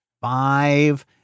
five